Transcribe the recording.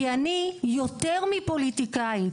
כי אני יותר מפוליטיקאית.